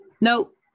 nope